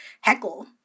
heckle